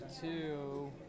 two